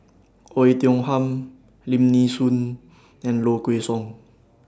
Oei Tiong Ham Lim Nee Soon and Low Kway Song